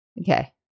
Okay